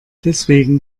deswegen